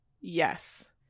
Yes